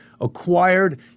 acquired